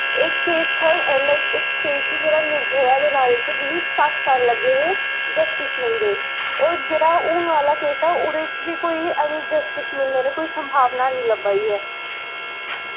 इक केस था लाइक इक केस ही जेह्ड़ा निर्भया दे बारे च जुस्सी सत्त साल लग्गे हे जस्टिस मिलदे और जेह्ड़ा हून आह्ला केस हा उ'दे च बी कोई आह्ले जस्टिस मिलने दी कोई संभावना हैन्नी लब्भा दी ऐ